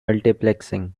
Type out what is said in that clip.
multiplexing